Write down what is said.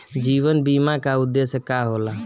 जीवन बीमा का उदेस्य का होला?